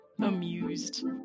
amused